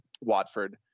Watford